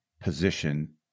position